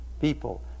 people